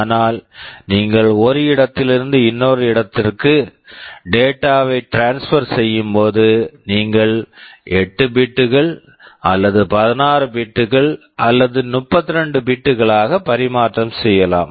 ஆனால் நீங்கள் ஒரு இடத்திலிருந்து இன்னொரு இடத்திற்கு டேட்டா data வை ட்ரான்ஸ்பெர் transfer செய்யும் போது நீங்கள் 8 பிட் bit கள் அல்லது 16 பிட் bit கள் அல்லது 32 பிட் bit களாக பரிமாற்றம் செய்யலாம்